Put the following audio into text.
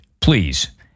please